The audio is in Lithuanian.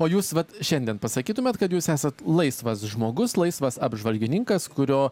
o jūs vat šiandien pasakytumėt kad jūs esat laisvas žmogus laisvas apžvalgininkas kurio